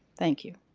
thank you.